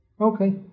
okay